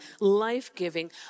life-giving